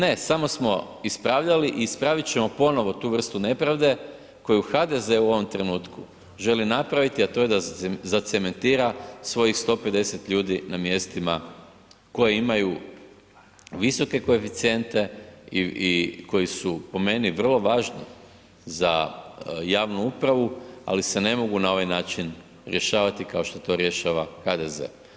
Ne, samo smo ispravljali i ispravit ćemo ponovo tu vrstu nepravde koju HDZ u ovom trenutku želi napraviti, a to je da zacementira svojih 150 ljudi na mjestima koje imaju visoke koeficijente i koji su po meni vrlo važni za javnu upravu, ali se ne mogu ne ovaj način rješavati kao što rješava HDZ.